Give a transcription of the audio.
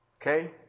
Okay